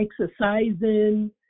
exercising